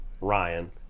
Ryan